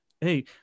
hey